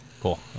Cool